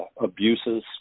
abuses